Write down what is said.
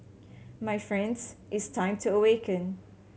my friends it's time to awaken